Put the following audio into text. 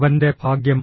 അവന്റെ ഭാഗ്യം